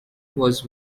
was